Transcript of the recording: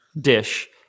dish